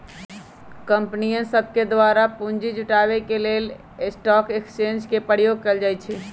कंपनीय सभके द्वारा पूंजी जुटाबे के लेल स्टॉक एक्सचेंज के प्रयोग कएल जाइ छइ